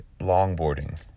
longboarding